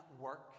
work